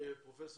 פרופ',